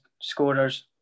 scorers